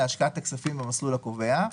להשקעת הכספים במסלול הקובע,